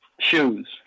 shoes